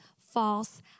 false